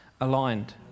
aligned